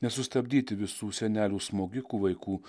nesustabdyti visų senelių smogikų vaikų